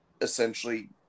essentially